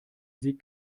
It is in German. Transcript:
sie